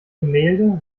gemälde